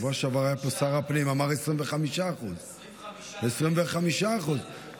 בשבוע שעבר היה פה שר הפנים ואמר: 25%. 25% זה רשות,